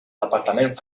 departament